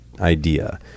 idea